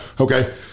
Okay